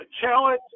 challenge